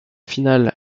finale